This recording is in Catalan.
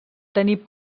tenir